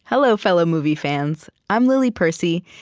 hello, fellow movie fans. i'm lily percy,